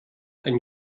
ein